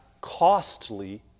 costly